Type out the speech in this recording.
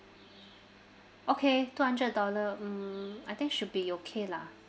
okay two hundred dollar mm I think should be okay lah